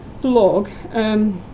blog